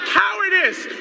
cowardice